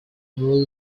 roll